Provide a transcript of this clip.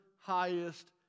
highest